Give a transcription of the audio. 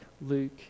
Luke